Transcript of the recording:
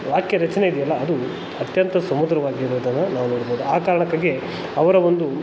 ವಾಕ್ಯರಚನೆ ಇದೆಯಲ್ಲ ಅದು ಅತ್ಯಂತ ಸುಮಧುರವಾಗಿರೋದನ್ನು ನಾವು ನೋಡ್ಬೋದು ಆ ಕಾರಣಕ್ಕಾಗಿ ಅವರ ಒಂದು